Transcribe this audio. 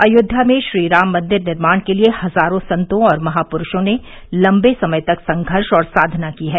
अयोध्या में श्रीराम मंदिर निर्माण के लिए हजारों संतों और महाप्रूषों ने लंबे समय तक संघर्ष और साधना की है